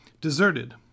deserted